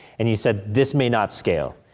and you said this may not scale.